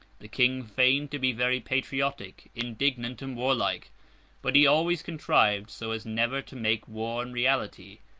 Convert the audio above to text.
the king feigned to be very patriotic, indignant, and warlike but he always contrived so as never to make war in reality,